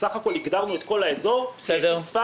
בסך הכול הגדרנו את כל האזור כישוב ספר